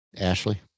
ashley